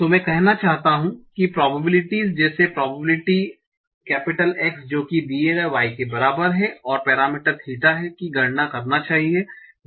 तो मैं कहना चाहता हूं कि प्रोबेबिलिटीस जैसे प्रोबेबिलिटी X जो कि दिए गए y के बराबर हैं और पेरामीटर थीटा है की गणना करना चाहिए